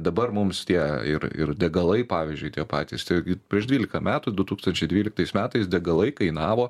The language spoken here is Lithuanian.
dabar mums tie ir ir degalai pavyzdžiui tie patys tiek ir prieš dvylika metų du tūkstančiai dvyliktais metais degalai kainavo